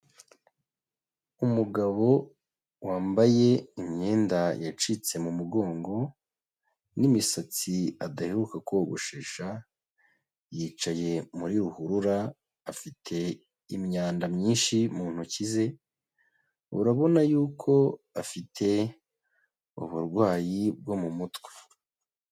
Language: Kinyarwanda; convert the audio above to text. Umugabo wambaye imyenda yacitse mu mugongo n'imisatsi adaheruka kogoshesha, yicaye muri ruhurura afite imyanda myinshi mu ntoki ze, urabona yuko afite uburwayi bwo mu mutwe.